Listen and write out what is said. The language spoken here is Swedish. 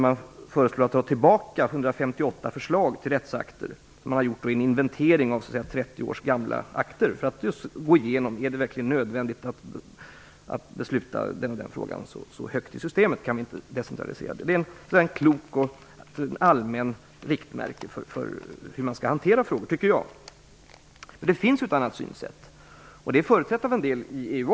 Man föreslår att 158 förslag till rättsakter skall dras tillbaka. Man har gjort en inventering av 30 år gamla akter för att se om det verkligen är nödvändigt att fatta beslut så högt upp i systemet och om det inte går att decentralisera besluten. Det är ett väldigt klokt och allmänt riktmärke för hur man skall hantera frågor, tycker jag. Det finns ett annat synsätt, och det förutsätts också inom EU.